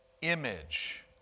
image